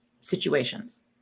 situations